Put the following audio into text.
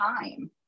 time